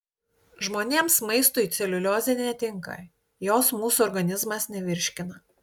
žmonėms maistui celiuliozė netinka jos mūsų organizmas nevirškina